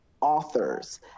authors